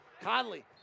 Conley